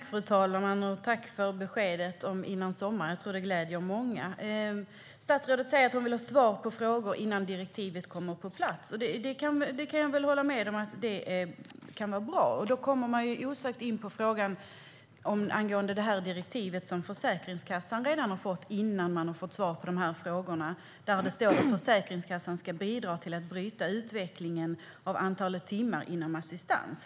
Fru talman! Tack för beskedet om före sommaren! Jag tror att det gläder många. Statsrådet säger att hon vill ha svar på frågor innan direktivet kommer på plats. Jag kan hålla med om att det kan vara bra. Då kommer jag osökt in på frågan angående det direktiv som Försäkringskassan redan har fått, innan man har fått svar på de här frågorna. Det står att Försäkringskassan ska bidra till att bryta utvecklingen av antalet timmar inom assistansersättningen.